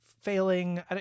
failing